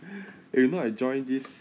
you know I join this